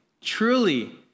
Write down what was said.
truly